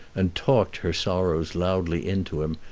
and talked her sorrows loudly into him,